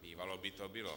Bývalo by to bylo.